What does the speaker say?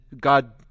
God